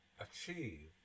achieve